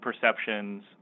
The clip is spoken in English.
perceptions